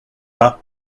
pas